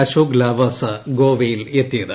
അശോക് ലാവാസ ഗോവയിൽ എത്തിയത്